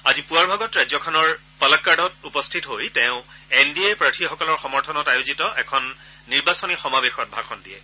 আজি পুৱাৰ ভাগত ৰাজ্যখনৰ পালাক্বাড়ত উপস্থিত হৈ তেওঁ এন ডি এৰ প্ৰাৰ্থীসকলৰ সমৰ্থনত আয়োজিত এখন নিৰ্বাচনী সমাৱেশত ভাষণ দিয়ে